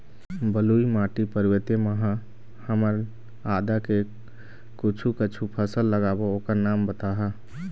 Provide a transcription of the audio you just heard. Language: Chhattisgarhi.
बलुई माटी पर्वतीय म ह हमन आदा के कुछू कछु फसल लगाबो ओकर नाम बताहा?